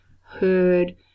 heard